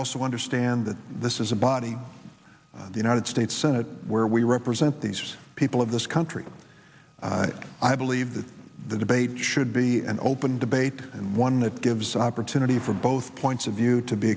also understand that this is a body the united states senate where we represent these people of this country i believe that the debate should be an open debate and one that gives opportunity for both points of view to be